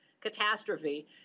catastrophe